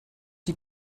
die